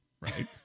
Right